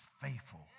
faithful